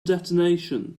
detonation